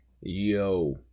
Yo